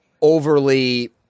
overly